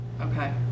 Okay